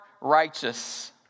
righteous